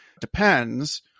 depends